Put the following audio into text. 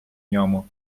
ньому